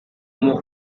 муу